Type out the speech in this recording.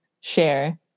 share